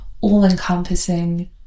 all-encompassing